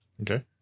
okay